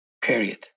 period